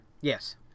Yes